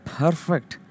perfect